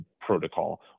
protocol